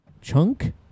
Chunk